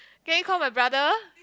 can you call my brother